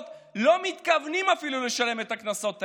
לא מתכוונים אפילו לשלם את הקנסות האלה.